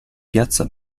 piazza